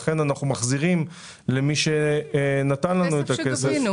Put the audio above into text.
לכן אנחנו מחזירים למי שנתן לנו את הכסף.